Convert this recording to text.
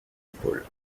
épaules